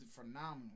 phenomenal